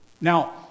Now